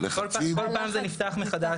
כל פעם זה נפתח מחדש.